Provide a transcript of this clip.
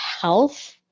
health